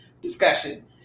discussion